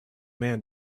man